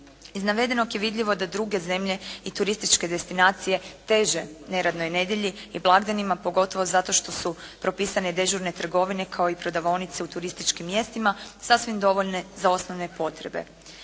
Iz navedenog je vidljivo da druge zemlje i turističke destinacije teže neradnoj nedjelji i blagdanima, pogotovo zato što su propisane dežurne trgovine, kao i prodavaonice u turističkim mjestima, sasvim dovoljne za osnovne potrebe.